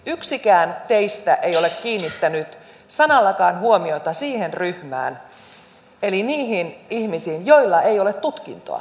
yksikään teistä ei ole kiinnittänyt sanallakaan huomiota siihen ryhmään eli niihin ihmisiin joilla ei ole tutkintoa